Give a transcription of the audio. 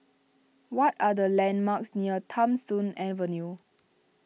what are the landmarks near Tham Soong Avenue